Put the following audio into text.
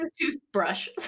toothbrush